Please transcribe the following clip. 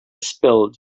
spilled